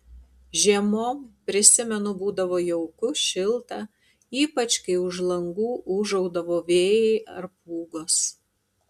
žiemom prisimenu būdavo jauku šilta ypač kai už langų ūžaudavo vėjai ar pūgos